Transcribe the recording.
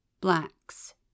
blacks